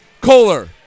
Kohler